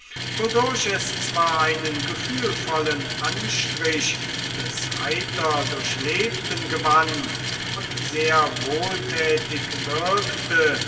wodurch es zwar einen gefühlvollen anstrich des heiter durchlebten gewann und sehr wohltätig wirkte